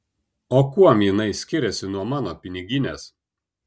o kuom jinai skiriasi nuo mano piniginės